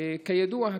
כידוע,